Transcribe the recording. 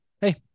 Hey